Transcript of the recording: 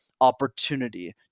opportunity